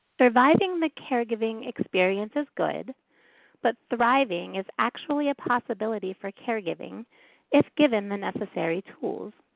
providing the caregiving experience is good but thriving is actually a possibility for caregiving if given the necessary tools.